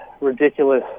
ridiculous